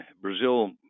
Brazil